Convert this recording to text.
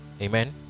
amen